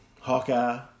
Hawkeye